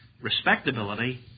respectability